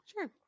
Sure